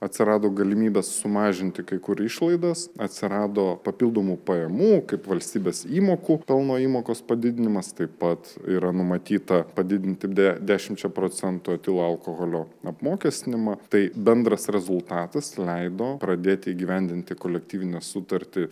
atsirado galimybė sumažinti kai kur išlaidas atsirado papildomų pajamų kaip valstybės įmokų pelno įmokos padidinimas taip pat yra numatyta padidinti dešimčia procentų etilo alkoholio apmokestinimą tai bendras rezultatas leido pradėti įgyvendinti kolektyvinę sutartį